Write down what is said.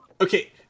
Okay